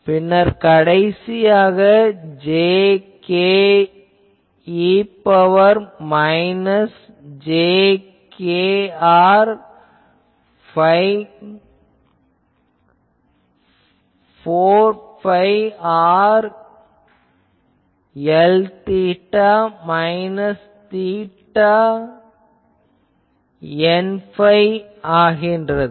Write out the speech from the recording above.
பின்னர் கடைசியாக j k e ன் பவர் மைனஸ் j kr வகுத்தல் 4 phi r Lθ minus theta N ϕ ஆகிறது